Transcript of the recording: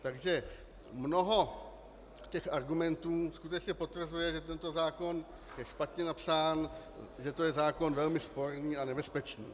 Takže mnoho těch argumentů skutečně potvrzuje, že tento zákon je špatně napsán, že to je zákon velmi sporný a nebezpečný.